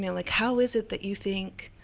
like, how is it that you think